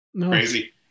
Crazy